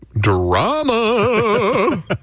Drama